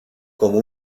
como